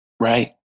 Right